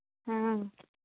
हाँ